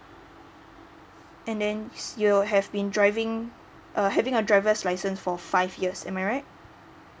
and then you have been driving uh having a driver's license for five years am I right